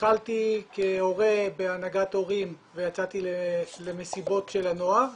התחלתי כהורה בהנהגת הורים ויצאתי למסיבות של הנוער,